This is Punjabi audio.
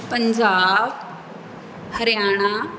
ਪੰਜਾਬ ਹਰਿਆਣਾ